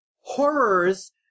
horrors